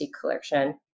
collection